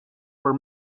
were